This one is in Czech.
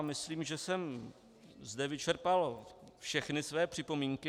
Myslím, že jsem zde vyčerpal všechny své připomínky.